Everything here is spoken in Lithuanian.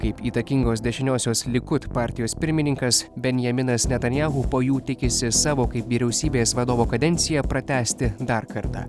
kaip įtakingos dešiniosios likud partijos pirmininkas benjaminas netanijahu po jų tikisi savo kaip vyriausybės vadovo kadenciją pratęsti dar kartą